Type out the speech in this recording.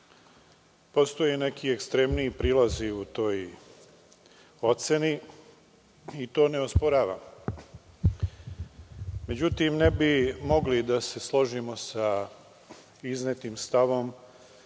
postoje neki ekstremniji prilazi u toj oceni i to ne osporavam. Međutim, ne bi mogli da se složimo sa iznetim stavom